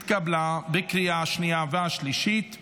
התקבלה בקריאה השנייה והשלישית,